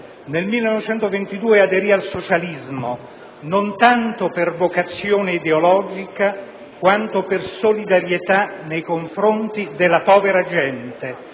Nel 1922 aderì al socialismo, non tanto per vocazione ideologica, quanto per solidarietà nei confronti della povera gente,